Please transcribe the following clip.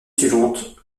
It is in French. suivante